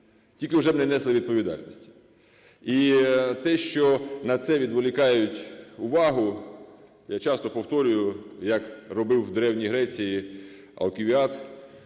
тільки вже б не несли відповідальності. І те, що на це відволікають увагу, я часто повторюю, як робив в Древній Греції Алківіад,